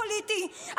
לפוליטי.